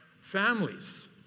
families